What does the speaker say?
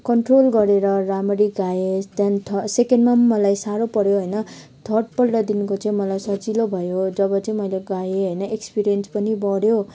control गरेर रामरी गाएँ त्यहाँदेखि थ सेकेन्डमा पनि मलाई साह्रो पर्यो हैन थर्डपल्टदेखिको चाहिँ मलाई सजिलो भयो जब चाहिँ मैले गाएँ होइन एक्सपिरियन्स पनि बढ्यो